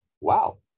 wow